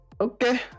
Okay